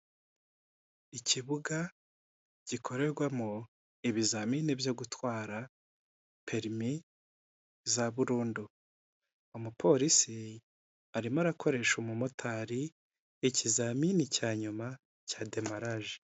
Ikibuga gikorerwamo ibizamini byo gutwara, perimi za burundu. Umupolisi arimo arakoresha umumotari ikizamini cya nyuma cya demaraje.